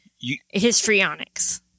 histrionics